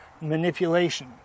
manipulation